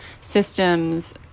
systems